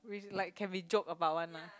like can be joke about one lah